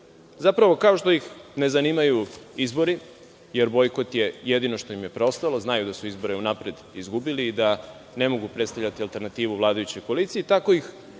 Zapravo, kao što ih ne zanimaju izbori, jer bojkot je jedino što im je preostalo, znaju da su izbore unapred izgubili i da ne mogu predstavljati alternativu vladajućoj koaliciji, tako ih